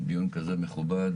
דיון כזה מכובד,